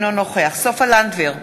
אינו נוכח סופה לנדבר,